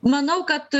manau kad